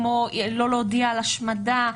כמו לא להודיע על השמדה.